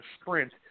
sprint